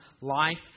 life